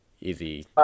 easy